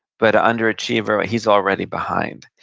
but an underachiever, he's already behind.